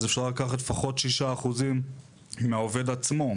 אז אפשר לקחת לפחות 6% מהעובד עצמו,